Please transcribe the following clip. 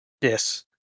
Yes